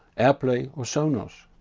airplay or sonos.